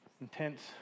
intense